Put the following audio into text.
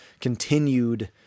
continued